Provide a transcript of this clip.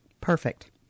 Perfect